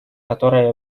которая